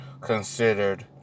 considered